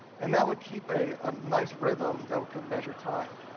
and that would keep a ah nice rhythm that could measure time.